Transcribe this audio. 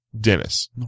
Dennis